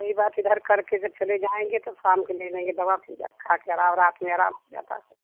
यही बात है इधर कर के जब चले जाएँगे तब शाम को ले लेंगे दवा फिर जा खा कर और रात में अराम हो जाता